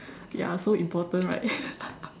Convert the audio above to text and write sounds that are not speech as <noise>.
ya so important right <laughs>